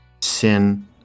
Sin